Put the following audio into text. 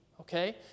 okay